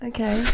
Okay